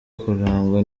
kurangwa